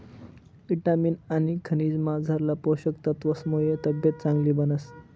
ईटामिन आनी खनिजमझारला पोषक तत्वसमुये तब्येत चांगली बनस